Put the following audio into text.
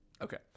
Okay